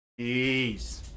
jeez